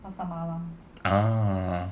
ah